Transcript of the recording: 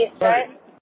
right